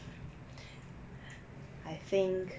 I think